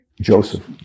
Joseph